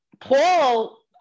Paul